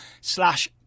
slash